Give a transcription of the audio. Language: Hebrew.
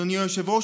אדוני היושב-ראש,